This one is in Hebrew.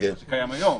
זה קיים היום,